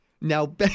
Now